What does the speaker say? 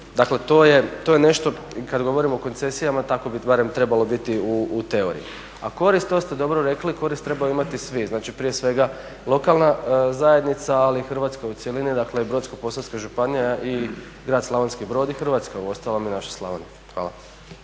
Dakle to je nešto kada govorimo o koncesijama tako bi barem trebalo biti u teoriji. A korist, to ste dobro rekli, korist trebaju imati svi. Znači prije svega lokalna zajednica ali i Hrvatska u cjelini, dakle Brodsko-posavska županija i grad Slavonski Brod i Hrvatska uostalom i naša Slavonija. Hvala.